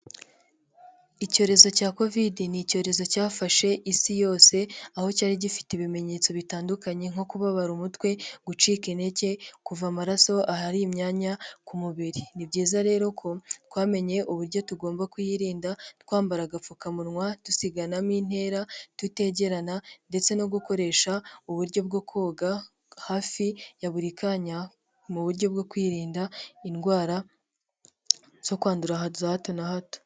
iIcyorezo cya kovide ni icyorezo cyafashe isi yose aho cyari gifite ibimenyetso bitandukanye nko kubabara umutwe, gucika intege, kuva amaraso ahari imyanya ku mubiri. Ni byiza rero ko twamenye uburyo tugomba kuyirinda twamba agapfukamunwa, tusiganamo intera, tutegerana ndetse no gukoresha uburyo bwo koga hafi ya buri kanya mu buryo bwo kwirinda indwara zo kwandura za hato na hato.